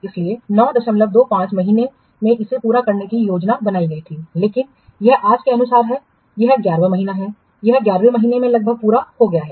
इसलिए 925 महीनों में इसे पूरा करने की योजना बनाई गई थी लेकिन यह आज के अनुसार है यह 11 वां महीना है यह 11 वें महीने में लगभग पूरा हो गया है